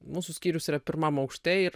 mūsų skyrius yra pirmam aukšte ir